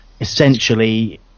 essentially